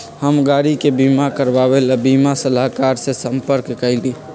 हम गाड़ी के बीमा करवावे ला बीमा सलाहकर से संपर्क कइली